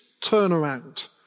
turnaround